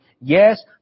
Yes